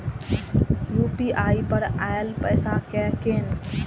UPI पर आएल पैसा कै कैन?